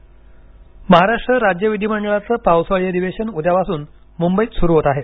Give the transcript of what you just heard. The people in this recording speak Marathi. विधिमंडळ अधिवेशन महाराष्ट्र राज्य विधीमंडळाचं पावसाळी अधिवेशन उद्यापासून मुंबईत सुरू होत आहे